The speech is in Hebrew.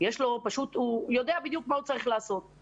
צריך סוף סוף והגיעה העת שיהיה גם זכויות